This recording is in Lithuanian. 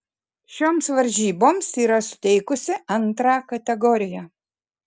šioms varžyboms yra suteikusi antrą kategoriją